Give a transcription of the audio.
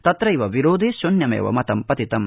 तत्रविरोधे शून्यमेव मतं पतितम्